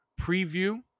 preview